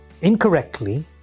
incorrectly